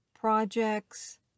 projects